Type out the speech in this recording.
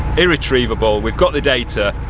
irretrievable, we've got the data.